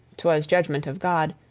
twas judgment of god,